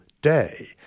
day